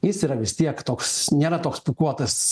jis yra vis tiek toks nėra toks pūkuotas